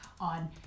on